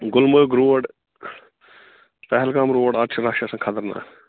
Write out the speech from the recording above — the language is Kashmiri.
گُلمرٕگ روڈ پہلگام روڈ اَتھ چھُ رش آسان خطرناک